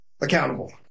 accountable